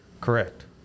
Correct